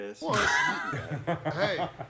Hey